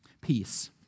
Peace